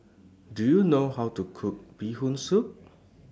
Do YOU know How to Cook Bee Hoon Soup